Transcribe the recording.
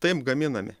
taip gaminami